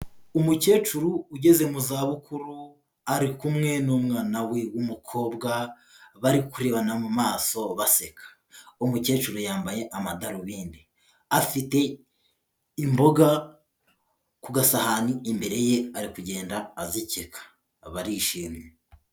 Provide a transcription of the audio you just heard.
Umukecuru ugeze mu za bukuru ari kumwe n'umwana we w'umukobwa, bari kurebana mu maso baseka. Umukecuru yambaye amadarubindi afite imboga ku gasahani imbere ye ari kugenda azikeka barishimye.